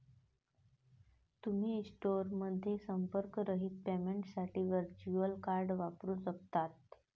तुम्ही स्टोअरमध्ये संपर्करहित पेमेंटसाठी व्हर्च्युअल कार्ड वापरू शकता